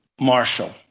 Marshall